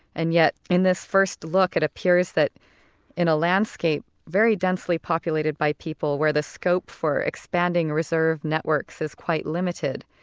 and yet in this first look it appears that in a landscape very densely populated by people where the scope for expanding reserve networks is quite limited,